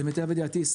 למיטב ידיעתי,